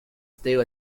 still